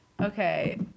okay